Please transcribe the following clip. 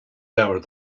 leabhar